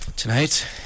Tonight